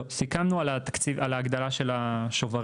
לא, סיכמנו על ההגדרה של השוברים.